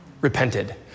repented